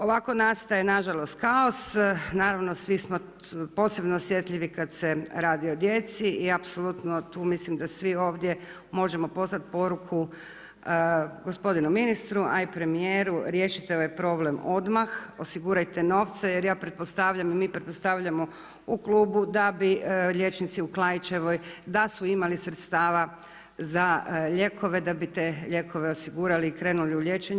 Ovako nastaje nažalost kaos, naravno svi smo posebno osjetljivi kada se radi o djeci i apsolutno tu mislim da svi ovdje možemo poslati poruku gospodinu ministru, a premijeru riješite ovaj problem odmah, osigurajte novce jer ja pretpostavljam i mi pretpostavljamo u klubu da bi liječnici u Klaićevoj da su imali sredstava za lijekove da bi te lijekove osigurali i krenuli u liječenje.